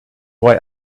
why